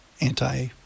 anti